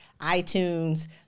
iTunes